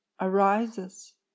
arises